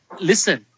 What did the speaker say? Listen